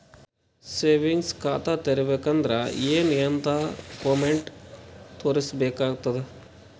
Savings ಖಾತಾ ತೇರಿಬೇಕಂದರ ಏನ್ ಏನ್ಡಾ ಕೊಮೆಂಟ ತೋರಿಸ ಬೇಕಾತದ?